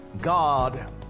God